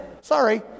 Sorry